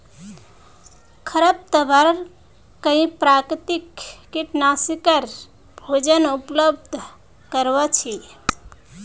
खरपतवार कई प्राकृतिक कीटनाशकेर भोजन उपलब्ध करवा छे